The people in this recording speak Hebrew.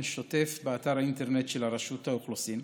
שוטף באתר האינטרנט של רשות האוכלוסין.